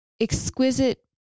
exquisite